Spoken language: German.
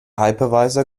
hypervisor